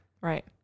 Right